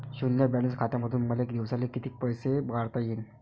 शुन्य बॅलन्स खात्यामंधून मले दिवसाले कितीक पैसे काढता येईन?